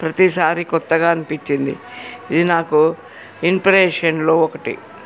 ప్రతిసారి కొత్తగా అనిపించింది ఇది నాకు ఇన్స్పిరేషన్లో ఒకటి